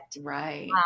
Right